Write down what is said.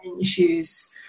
issues